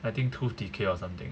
I think tooth decay or something ah